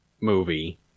movie